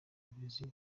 brezil